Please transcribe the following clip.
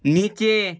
নিচে